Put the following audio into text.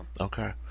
Okay